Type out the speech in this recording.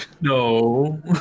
No